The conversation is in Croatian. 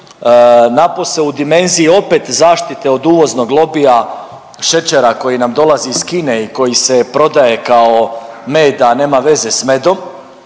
napose u dimenziji opet zaštite od uvoznog lobija šećera koji nam dolazi iz Kine i koji se prodaje kao med, a nema veze s medom.